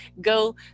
Go